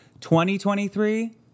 2023